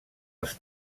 els